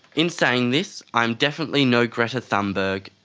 in saying this, i am definitely no greta thunberg,